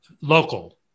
local